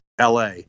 LA